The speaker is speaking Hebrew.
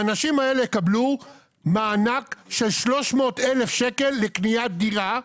האנשים האלה יקבל מענק של 300,000 שקל לקניית דירה,